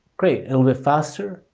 great. a little bit faster.